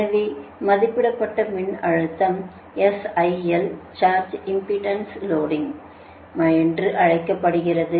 எனவே மதிப்பிடப்பட்ட மின்னழுத்தம் SIL சர்ஜ் இம்பெடன்ஸ் லோடிங் என்று அழைக்கப்படுகிறது